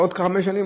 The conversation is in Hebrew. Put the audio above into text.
ועוד חמש שנים,